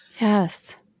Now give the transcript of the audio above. Yes